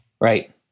Right